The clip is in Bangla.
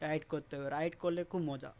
রাইড করতে হবে রাইড করলে খুব মজা